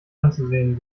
anzusehen